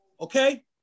Okay